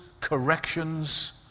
corrections